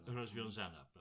rozwiązana